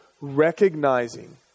Recognizing